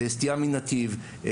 סטייה מנתיב,